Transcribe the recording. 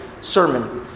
sermon